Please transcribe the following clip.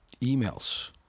emails